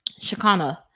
Shakana